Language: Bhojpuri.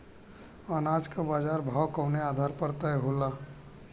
अनाज क बाजार भाव कवने आधार पर तय होला?